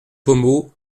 pommeau